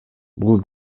бул